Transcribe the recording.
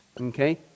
Okay